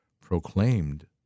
proclaimed